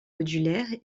modulaire